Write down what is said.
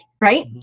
right